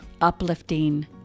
uplifting